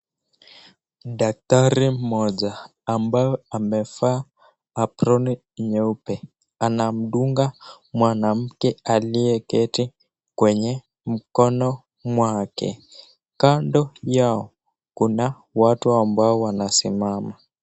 Daktari mmoja ambao amevaa aproni nyeupe anamdunga mwanamke aliyeketi kwenye mkono mwake. Kando yao kuna watu ambao wanasimama.